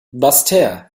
basseterre